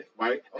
Right